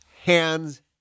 hands